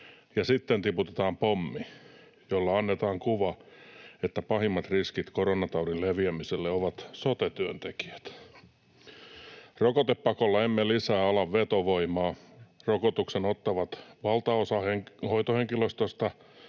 sitten tiputetaan pommi, jolla annetaan kuva, että pahimmat riskit koronataudin leviämiselle ovat sote-työntekijät. Rokotepakolla emme lisää alan vetovoimaa. Rokotuksen ottaa valtaosa hoitohenkilöstöstä.